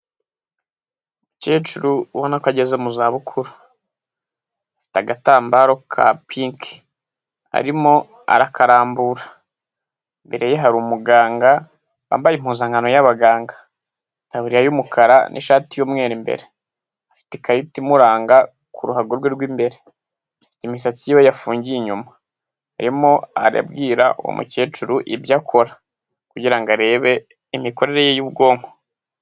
Umukecuru ubona ko ageze mu zabukuru. Afite agatambaro ka pinki, arimo arakarambura. Imbere ye hari umuganga wambaye impuzankano y'abaganga. Itaburiya y'umukara n'ishati y'umweru. Imbere afite ikarita imuranga ku ruhago rwe rw'imbere. Imisatsi yiwe yafungiye inyuma. Arimo arabwira uwo mukecuru ibyo akora kugira ngo arebe imikorere ye y'ubwonko.